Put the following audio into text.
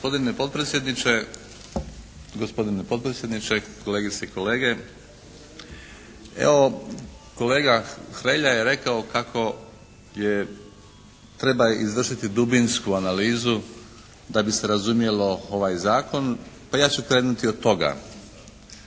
Gospodine potpredsjedniče, kolegice i kolege. Evo kolega Hrelja je rekao kako treba izvršiti dubinsku analizu da bi se razumjelo ovaj zakon, pa ja ću krenuti od toga.